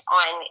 on